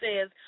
says